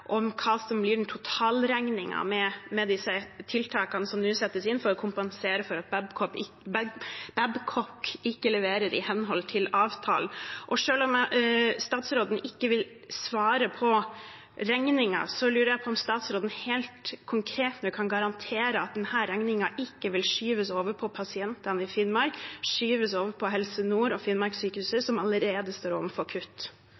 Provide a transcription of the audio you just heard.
om hva som blir totalregningen for disse tiltakene som nå settes inn for å kompensere for at Babcock ikke leverer i henhold til avtalen. Selv om statsråden ikke vil svare om regningen, lurer jeg på om han nå helt konkret kan garantere at denne regningen ikke vil skyves over på pasientene i Finnmark, skyves over på Helse Nord og Finnmarkssykehuset, som allerede står overfor kutt.